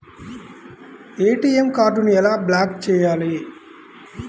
ATM కార్డుని ఎలా block చేయాలి?